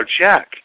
check